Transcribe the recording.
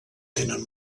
tenen